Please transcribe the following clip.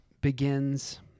begins